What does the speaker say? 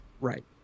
Right